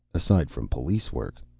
aside from policework,